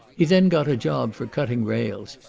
he then got a job for cutting rails,